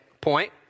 point